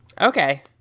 Okay